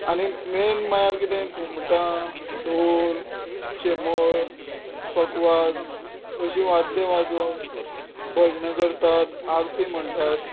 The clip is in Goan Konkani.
आनी मेन म्हणल्यार कितें घुमटां धोल शमेळ पकवाज अशीं वाद्यां वाजोवन भजनां करतात आरती म्हणटात